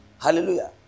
Hallelujah